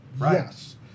yes